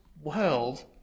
world